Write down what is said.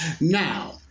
Now